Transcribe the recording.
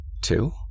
Two